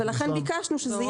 ביקשנו שזה יהיה